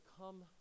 come